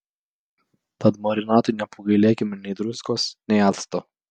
tad marinatui nepagailėkime nei druskos nei acto